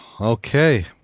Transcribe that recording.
okay